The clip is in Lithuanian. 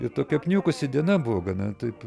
ir tokia apniukusi diena buvo gana taip